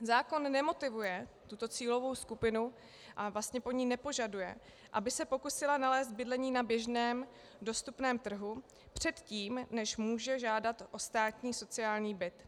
Zákon nemotivuje tuto cílovou skupinu a vlastně po ní nepožaduje, aby se pokusila nalézt bydlení na běžném dostupném trhu předtím, než může žádat o státní sociální byt.